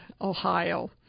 Ohio